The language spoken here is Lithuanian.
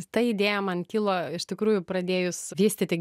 ta idėja man kilo iš tikrųjų pradėjus vystyti